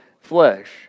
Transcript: flesh